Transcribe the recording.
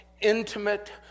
intimate